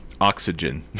oxygen